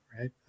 right